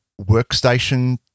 workstation